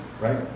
Right